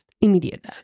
immediate